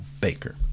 Baker